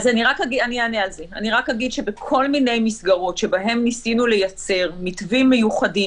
אני רק אגיד שבכל מיני מסגרות שבהן ניסינו לייצר מתווים מיוחדים,